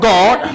God